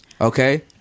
okay